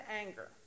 anger